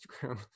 Instagram